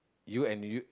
you and you